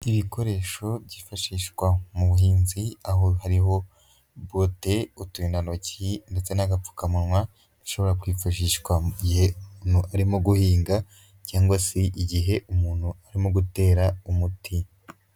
Ibikoresho byifashishwa mu buhinzi, aho hariho bote, uturindantoki, ndetse n'agapfukamunwa, bishobora kwifashishwa mu gihe umuntu arimo guhinga, cyangwa se igihe umuntu arimo gutera umuti.